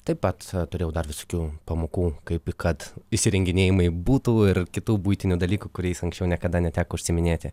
taip pat turėjau dar visokių pamokų kaip kad įsirenginėjimai butų ir kitų buitinių dalykų kuriais anksčiau niekada neteko užsiiminėti